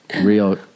real